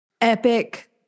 Epic